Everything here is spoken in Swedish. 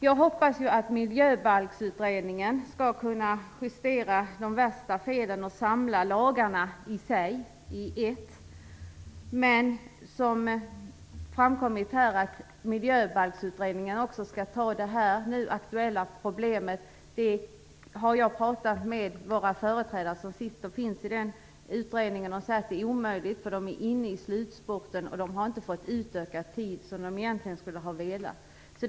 Jag hoppas att Miljöbalksutredningen kan justera de värsta felen och samla lagarna i sig i ett. Som framkommit här skall Miljöbalksutredningen också ta itu med det nu aktuella problemet, men jag har talat med våra företrädare i utredningen. De säger att det är en omöjlighet. De är nu inne i slutspurten och har inte fått förlängd tid, något som de egentligen skulle ha velat ha.